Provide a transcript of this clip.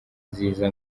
nziza